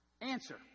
Answer